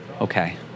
Okay